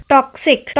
Toxic